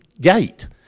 gate